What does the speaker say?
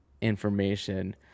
information